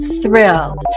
thrilled